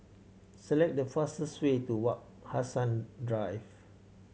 select the fastest way to Wak Hassan Drive